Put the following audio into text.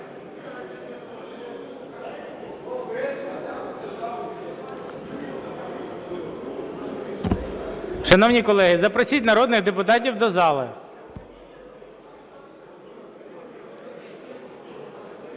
Шановні колеги, запросіть народних депутатів до зали.